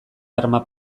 arma